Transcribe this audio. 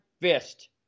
fist